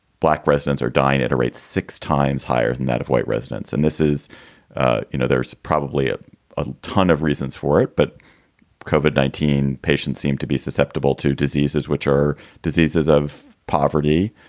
black residents are dying at a rate six times higher than that of white residents. and this is you know, there's probably ah a ton of reasons for it. but covered nineteen patients seem to be susceptible to diseases which are diseases of poverty,